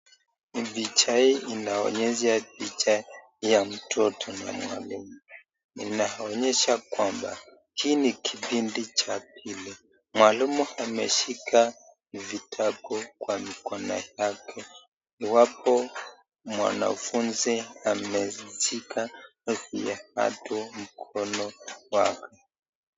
Picha hii inaonyesha picha ya mtoto na mwalimu. Inaonyesha kwamba hii ni kipindi cha pili. Mwalimu ameshika vitabu kwa mikono yake iwapo mwanafunzi amezishika viatu mkono wake.